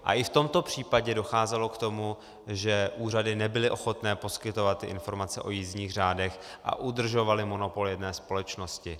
A i v tomto případě docházelo k tomu, že úřady nebyly ochotné poskytovat informace o jízdních řádech a udržovaly monopol jedné společnosti.